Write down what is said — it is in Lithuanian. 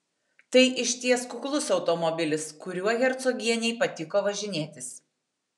tai išties kuklus automobilis kuriuo hercogienei patiko važinėtis